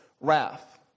wrath